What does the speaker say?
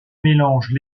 mélange